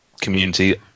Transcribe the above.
community